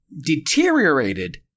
deteriorated